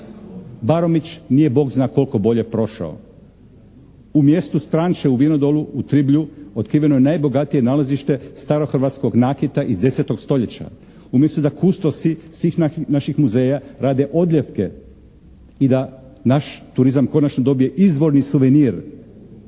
Baromić nije bog zna koliko bolje prošao. U mjestu Stranče u Vinodolu, u Triblju, otkriveno je najbogatije nalazište starohrvatskog nakita iz 10. stoljeća. Umjesto da kustosi svih naših muzeja rade odljevke i da naš turizam konačno dobije izvorni suvenir,